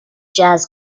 jazz